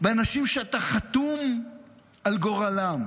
אנשים שאתה חתום על גורלם,